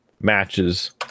matches